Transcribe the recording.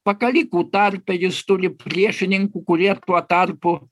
pakalikų tarpe jis turi priešininkų kurie tuo tarpu